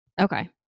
Okay